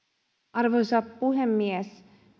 arvoisa puhemies